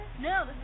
No